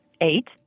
Eight